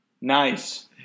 nice